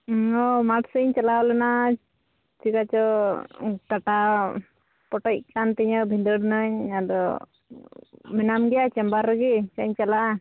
ᱦᱳᱭ ᱢᱟᱴᱷ ᱥᱮᱫ ᱤᱧ ᱪᱟᱞᱟᱣ ᱞᱮᱱᱟ ᱪᱤᱠᱟᱹ ᱪᱚᱝ ᱠᱟᱴᱟ ᱯᱚᱴᱚᱡ ᱟᱠᱟᱱ ᱛᱤᱧᱟᱹ ᱵᱷᱤᱫᱟᱹᱲᱮᱱᱟᱹᱧ ᱟᱫᱚ ᱢᱮᱱᱟᱢ ᱜᱮᱭᱟ ᱪᱮᱢᱵᱟᱨ ᱨᱮ ᱥᱮᱧ ᱪᱟᱞᱟᱜᱼᱟ